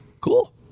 Cool